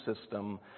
system